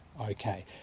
Okay